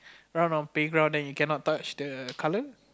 run on playground then you cannot touch the colour